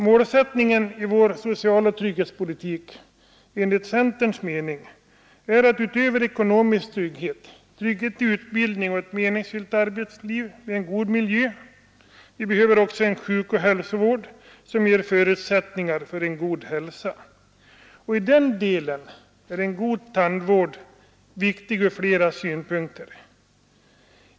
Målsättningen för vår socialoch trygghetspolitik är, enligt centerns mening, att utöver ekonomisk trygghet skapa trygghet i utbildningen samt ett meningsfullt arbetsliv med en god miljö. Vi behöver också en sjukoch hälsovård som ger förutsättningar för god hälsa. Där är en god tandvård viktig ur flera synpunkter.